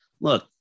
Look